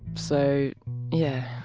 so yeah,